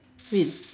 wait